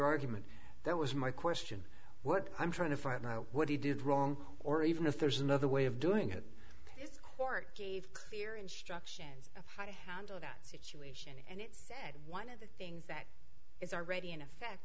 argument that was my question what i'm trying to find out what he did wrong or even if there's another way of doing it is court gave clear instructions on how to handle that secure and it's one of the things that is already in effect